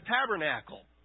tabernacle